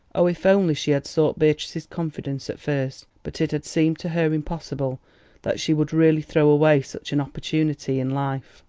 oh, if only she had sought beatrice's confidence at first! but it had seemed to her impossible that she would really throw away such an opportunity in life.